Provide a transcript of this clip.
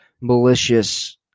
malicious